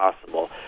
possible